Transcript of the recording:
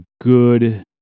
good